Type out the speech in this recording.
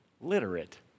literate